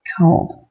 cold